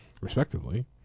respectively